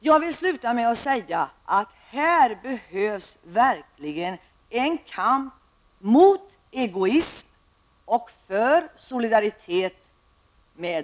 Jag vill sluta med att säga att det här verkligen behövs en kamp mot egoism och för solidaritet med